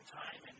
time